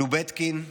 לובטקין,